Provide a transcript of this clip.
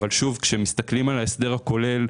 אבל כשמסתכלים על ההסדר הכולל,